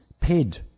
paid